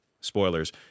spoilers